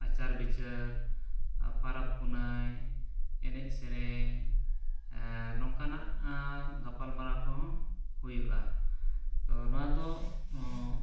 ᱟᱪᱟᱨ ᱵᱤᱪᱟᱹᱨ ᱯᱚᱨᱚᱵᱽ ᱯᱩᱱᱟᱹᱭ ᱮᱱᱮᱡ ᱥᱮᱨᱮᱧ ᱱᱚᱝᱠᱟᱱᱟᱜ ᱜᱟᱯᱟᱞᱢᱟᱨᱟᱣ ᱠᱚᱦᱚᱸ ᱦᱩᱭᱩᱜᱼᱟ ᱛᱚ ᱱᱚᱣᱟ ᱫᱚ